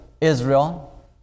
Israel